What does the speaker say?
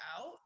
out